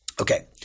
Okay